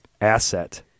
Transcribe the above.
asset